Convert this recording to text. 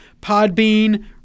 Podbean